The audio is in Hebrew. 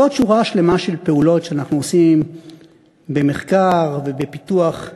ועוד שורה שלמה של פעולות שאנחנו עושים במחקר ובפיתוח ידע.